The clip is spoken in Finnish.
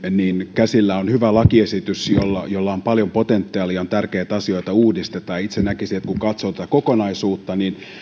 käsillä on hyvä lakiesitys jolla jolla on paljon potentiaalia on tärkeää että asioita uudistetaan itse näkisin kun katsoo tätä kokonaisuutta että